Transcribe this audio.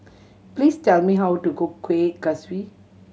please tell me how to cook Kueh Kaswi